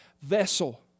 vessel